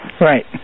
Right